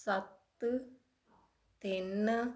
ਸੱਤ ਤਿੰਨ